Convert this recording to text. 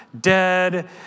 dead